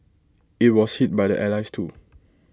IT was hit by the allies too